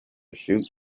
shoot